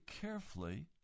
carefully